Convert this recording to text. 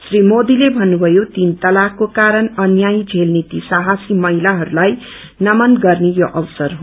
श्री मोरीले भन्नुभयो तीन तलाकको कारण अन्याय श्रेल्ने ती सहासी महिलाहस्लाई नमन गर्ने यो अवसर हो